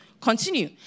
continue